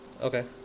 Okay